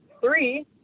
three